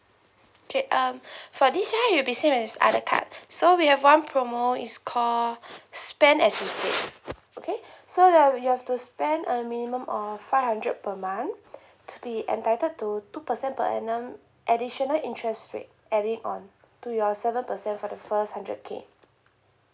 okay um for this one it'll be same as other card so we have one promo is call spend as you save okay so that'll you have to spend a minimum of five hundred per month to be entitled to two percent per annum additional interest rate adding on to your seven percent for the first hundred K